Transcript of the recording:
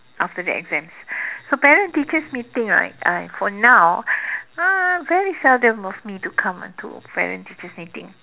after the exams so parent teachers meeting right uh for now uh very seldom of me to come to parent teachers meeting